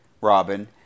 Robin